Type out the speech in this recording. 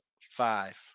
five